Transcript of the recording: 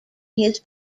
his